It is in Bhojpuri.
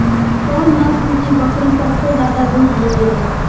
कौन नस्ल की बकरी सबसे ज्यादा दूध देवेले?